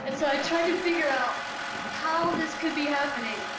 and so i tried to figure out how this could be happening.